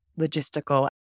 logistical